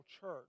church